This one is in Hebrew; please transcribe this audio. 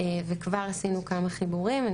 וכבר עשינו כמה חיבורים.